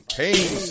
pain